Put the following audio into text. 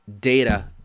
data